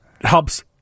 helps